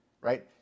right